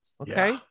okay